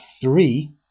three